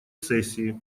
сессии